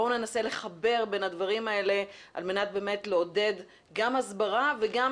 בואו ננסה לחבר בין הדברים האלה על מנת לעודד גם הסברה וגם